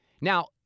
Now